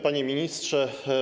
Panie Ministrze!